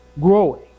growing